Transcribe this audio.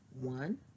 one